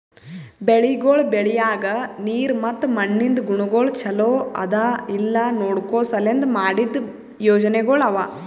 ಬೆಳಿಗೊಳ್ ಬೆಳಿಯಾಗ್ ನೀರ್ ಮತ್ತ ಮಣ್ಣಿಂದ್ ಗುಣಗೊಳ್ ಛಲೋ ಅದಾ ಇಲ್ಲಾ ನೋಡ್ಕೋ ಸಲೆಂದ್ ಮಾಡಿದ್ದ ಯೋಜನೆಗೊಳ್ ಅವಾ